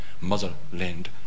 motherland